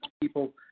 people